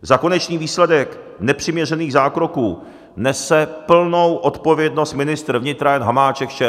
Za konečný výsledek nepřiměřených zákroků nese plnou odpovědnost ministr vnitra Jan Hamáček z ČSSD.